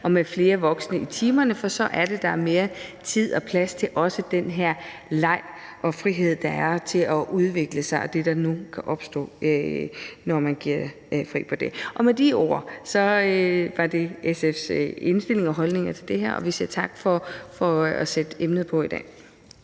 og med flere voksne i timerne. For så er det, der også er mere tid og plads til den her leg og frihed til at udvikle sig og det, der nu kan opstå, når man giver dem fri til det. Og med de ord har jeg fremlagt SF's indstilling og holdning til det her, og vi siger tak for at sætte emnet på i dag.